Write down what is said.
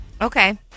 okay